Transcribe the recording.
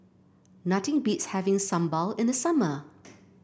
nothing beats having Sambal in the summer